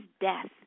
death